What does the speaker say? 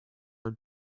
are